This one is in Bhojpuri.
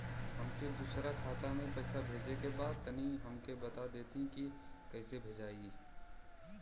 हमके दूसरा खाता में पैसा भेजे के बा तनि हमके बता देती की कइसे भेजाई?